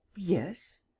yes.